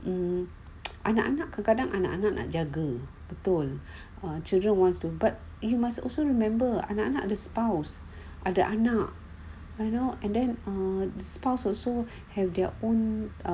anak-anak kadang-kadang anak nak jaga betul ah children wants to but you must also remember anak-anak not the spouse ada anak I know and then a spouse also have their own